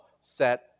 set